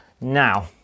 now